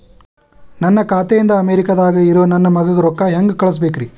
ನನ್ನ ಖಾತೆ ಇಂದ ಅಮೇರಿಕಾದಾಗ್ ಇರೋ ನನ್ನ ಮಗಗ ರೊಕ್ಕ ಹೆಂಗ್ ಕಳಸಬೇಕ್ರಿ?